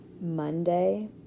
Monday